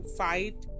fight